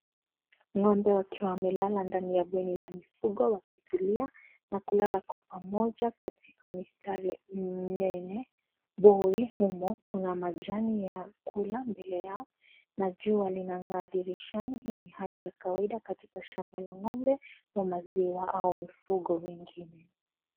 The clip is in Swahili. Ngombe wakiwa wamelala ndani ya bweni la mifugo wakitulia, na kulala kwa pamoja katika mistari, mene, boyi, humo, kuna majani ya kula, mbele yao, na jua linangaa dirishani, hii ni hali ya kawaida katika shamba la ngombe wa maziwa au mifugo wengine.